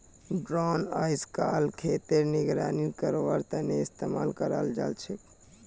drone अइजकाल खेतेर निगरानी करवार तने इस्तेमाल कराल जाछेक